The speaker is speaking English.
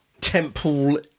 temple